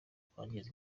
twangiza